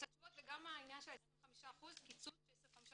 אני רוצה תשובות, וגם הקיצוץ של 25%,